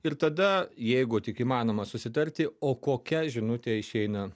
ir tada jeigu tik įmanoma susitarti o kokia žinutė išeina